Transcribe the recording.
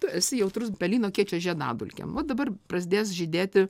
tu esi jautrus pelyno kiečio žiedadulkėm va dabar prasidės žydėti